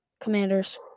Commanders